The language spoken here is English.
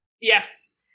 Yes